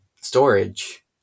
storage